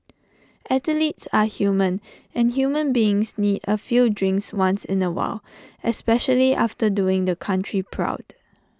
athletes are human and human beings need A few drinks once in A while especially after doing the country proud